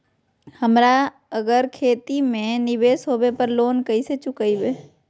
अगर हमरा खेती में निवेस होवे पर लोन कैसे चुकाइबे?